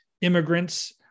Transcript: Immigrants